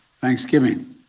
thanksgiving